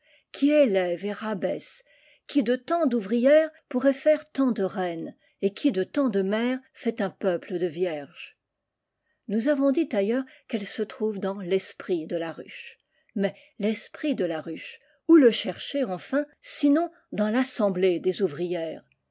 qui élève et rabaisse qui de tant d'ouvrières pourrait faire tant de reines et qui de tant de mères fait un peuple de vierges nous avons dit ailleurs qu'elle se trouve dans l'esprit de la ruche mais tesprit de la nifihe où le chercher enfin sinon dans l'ass